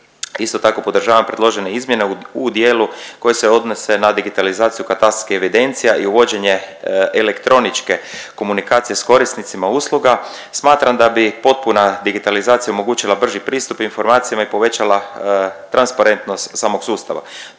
isto tako podržavam predložene izmjene u dijelu koje se odnose na digitalizaciju katastarskih evidencija i uvođenje elektroničke komunikacije s korisnicima usluga. Smatram da bi potpuna digitalizacija omogućila brži pristup informacijama i povećala transparentnost samog sustava.